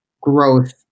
growth